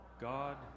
God